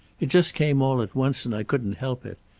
it just came all at once, and i couldn't help it.